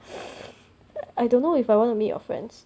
I don't know if I wanna meet your friends